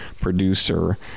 producer